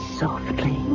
softly